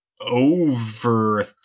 over